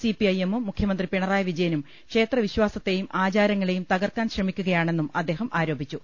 സിപിഐഎമ്മും മുഖ്യമന്ത്രി പിണറായി വിജയനും ക്ഷേത്ര വി ശ്വാസത്തെയും ആചാരങ്ങളെയും തകർക്കാൻ ശ്രമിക്കുകയാണെന്നും അ ദ്ദേഹം ആരോപിച്ചു